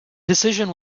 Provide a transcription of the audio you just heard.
decision